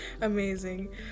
amazing